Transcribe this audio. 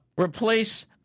Replace